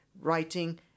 Writing